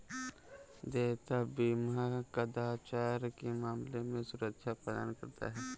देयता बीमा कदाचार के मामले में सुरक्षा प्रदान करता है